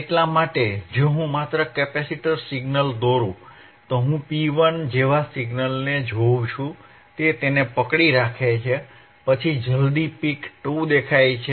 એટલા માટે જો હું માત્ર કેપેસિટર સિગ્નલ દોરું તો હું P1 જેવા સિગ્નલને જોઉં છું તે તેને પકડી રાખે છે પછી જલદી પિક 2 દેખાય છે